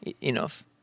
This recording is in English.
enough